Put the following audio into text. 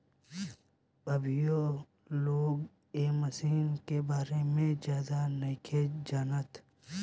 अभीयो लोग ए मशीन के बारे में ज्यादे नाइखे जानत